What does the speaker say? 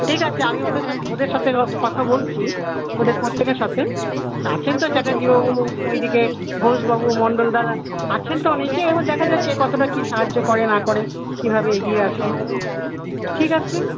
ঠিক আছে আমি ওদের সঙ্গে ওদের সঙ্গে কথা বলছি ওদের প্রত্যেকের সঙ্গে আছেন তো চ্যাটার্জ্জীবাবু ওইদিকে ঘোষবাবু মণ্ডলদারা আছেন তো অনেকেই এবার দেখা যাক কে কতটা কী সাহায্য করে না করে কীভাবে এগিয়ে আসেন ঠিক আছে